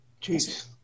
Jesus